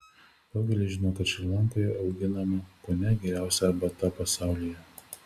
daugelis žino kad šri lankoje auginama kone geriausia arbata pasaulyje